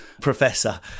professor